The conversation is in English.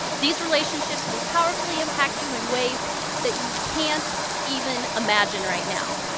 these relationships will powerfully impact you in ways that you can't even imagine right now.